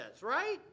right